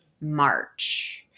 March